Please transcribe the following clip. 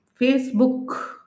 Facebook